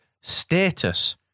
status